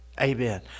Amen